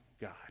God